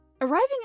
Arriving